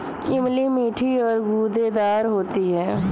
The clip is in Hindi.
इमली मीठी और गूदेदार होती है